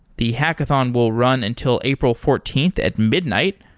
the hackathon will run until april fourteenth at midnight,